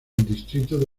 distrito